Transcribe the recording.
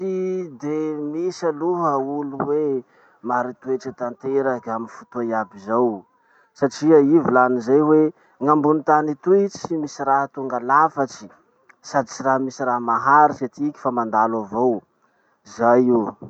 Tsy de misy aloha olo hoe mari-toetra tanteraky amy fotoa iaby zao satria i volany zay hoe gn'ambony tany etoy tsy misy raha tonga lafatsy sady tsy raha misy raha maharitsy etiky fa mandalo avao. Zay io.